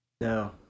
No